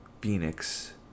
Phoenix